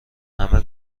همه